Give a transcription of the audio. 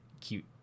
cute